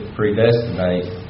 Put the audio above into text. predestinate